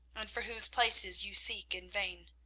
and for whose places you seek in vain,